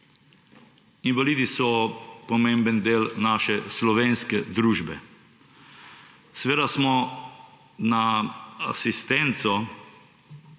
Invalidi so pomemben del naše slovenske družbe. Seveda smo na asistenco,